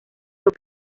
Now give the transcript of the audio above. los